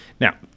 Now